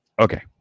Okay